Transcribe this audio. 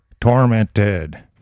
tormented